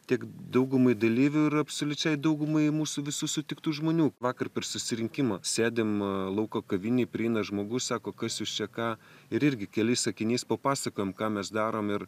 tiek daugumai dalyvių ir absoliučiai daugumai mūsų visų sutiktų žmonių vakar per susirinkimą sėdim lauko kavinėj prieina žmogus sako kas jūs čia ką ir irgi keliais sakiniais papasakojom ką mes darom ir